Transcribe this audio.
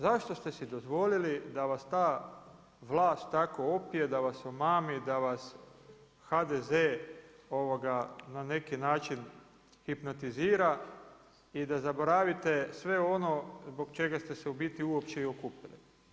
Zašto ste si dozvolili, da vas ta vlast tako opije, da vas omami, da vas HDZ na neki način hipnotizira i da zaboravite, sve ono zbog čega ste se u biti uopće i okupili.